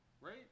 Right